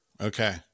Okay